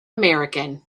american